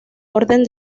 orden